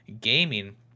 gaming